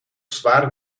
zwaarder